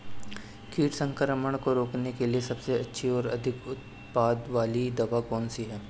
कीट संक्रमण को रोकने के लिए सबसे अच्छी और अधिक उत्पाद वाली दवा कौन सी है?